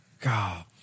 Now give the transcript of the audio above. God